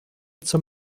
zum